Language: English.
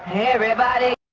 everybody,